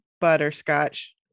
Butterscotch